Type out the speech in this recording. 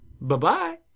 Bye-bye